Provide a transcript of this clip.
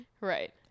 Right